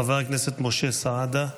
חבר הכנסת משה סעדה,